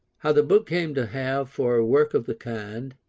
how the book came to have, for a work of the kind,